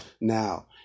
Now